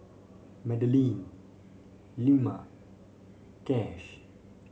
Madalynn Ilma Kash